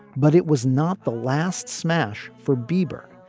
but it was not the last smash for bieber.